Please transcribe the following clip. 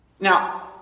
Now